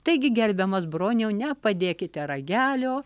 taigi gerbiamas broniau nepadėkite ragelio